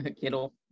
Kittle